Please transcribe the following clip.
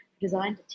Designed